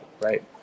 right